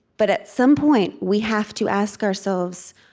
but at some point we have to ask ourselves,